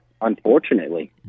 unfortunately